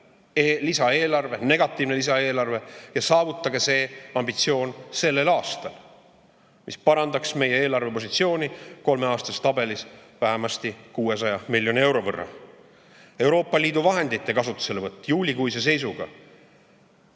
sellel suvel negatiivne lisaeelarve ja saavutage see ambitsioon sellel aastal. See parandaks meie eelarvepositsiooni kolmeaastases tabelis vähemasti 600 miljoni euro võrra. Euroopa Liidu vahendite kasutuselevõtt. Üle poole